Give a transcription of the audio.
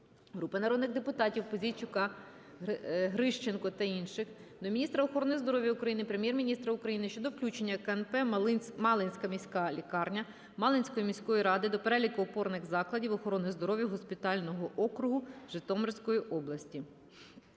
Групи народних депутатів (Пузійчука, Грищенко та інших) до міністра охорони здоров'я України, Прем'єр-міністра України щодо включення КНП "Малинська міська лікарня" Малинської міської ради до переліку опорних закладів охорони здоров'я госпітального округу Житомирської області.